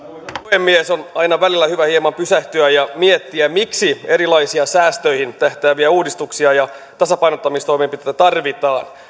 puhemies on aina välillä hyvä hieman pysähtyä ja miettiä miksi erilaisia säästöihin tähtääviä uudistuksia ja tasapainottamistoimenpiteitä tarvitaan